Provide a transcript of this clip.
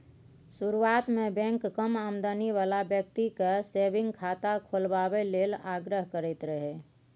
शुरुआत मे बैंक कम आमदनी बला बेकती केँ सेबिंग खाता खोलबाबए लेल आग्रह करैत रहय